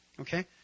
Okay